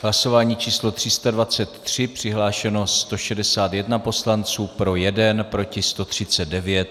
Hlasování číslo 323, přihlášeno 161 poslanců, pro 1, proti 139.